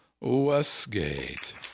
Westgate